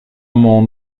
mon